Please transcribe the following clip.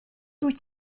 dwyt